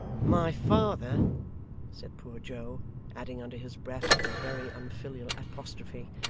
my father said poor joe adding under his breath, with a very unfilial apostrophe,